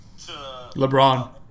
LeBron